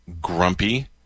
grumpy